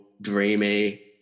dreamy